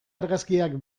argazkiak